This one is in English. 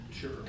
Sure